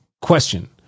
Question